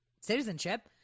citizenship